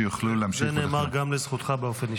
שיוכלו להמשיך את --- זה נאמר גם לזכותך באופן אישי.